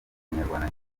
abanyarwanda